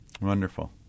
Wonderful